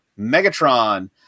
Megatron